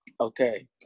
okay